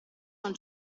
non